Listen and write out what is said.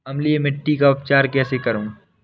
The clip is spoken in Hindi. अम्लीय मिट्टी का उपचार कैसे करूँ?